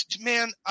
Man